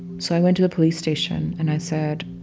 so i went to the police station. and i said,